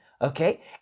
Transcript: okay